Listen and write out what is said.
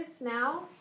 now